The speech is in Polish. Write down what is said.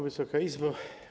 Wysoka Izbo!